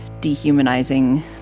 dehumanizing